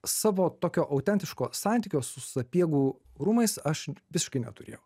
savo tokio autentiško santykio su sapiegų rūmais aš visiškai neturėjau